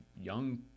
young